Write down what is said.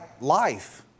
life